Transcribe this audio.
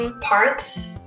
parts